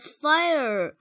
fire